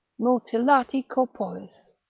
multilati corporis,